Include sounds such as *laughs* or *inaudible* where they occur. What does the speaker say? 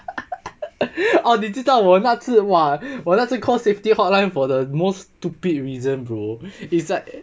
*laughs* orh 你知道我那次哇我那次 call safety hotline for the most stupid reason bro it's like